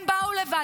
הם באו לבד.